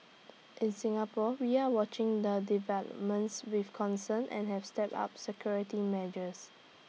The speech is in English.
in Singapore we are watching the developments with concern and have stepped up security measures